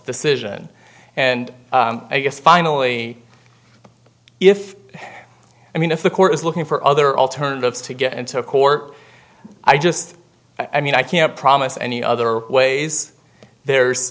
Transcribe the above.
decision and i guess finally if i mean if the court is looking for other alternatives to get into a court i just i mean i can't promise any other ways there's